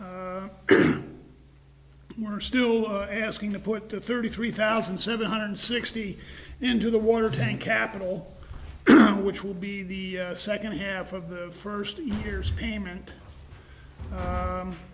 we're still asking to put the thirty three thousand seven hundred sixty into the water tank capital which will be the second half of the first two years payment